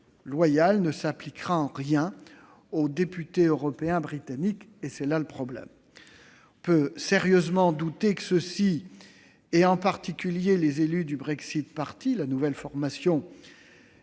ne s'appliquera en rien aux députés européens britanniques, et c'est là qu'est le problème. On peut sérieusement douter que derniers, et en particulier les élus du, la nouvelle formation